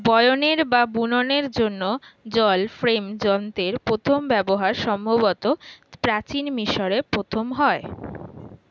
বয়নের বা বুননের জন্য জল ফ্রেম যন্ত্রের প্রথম ব্যবহার সম্ভবত প্রাচীন মিশরে প্রথম হয়